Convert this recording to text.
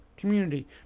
community